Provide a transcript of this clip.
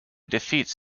defeats